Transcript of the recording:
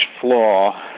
flaw